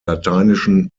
lateinischen